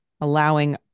Allowing